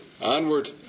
Onward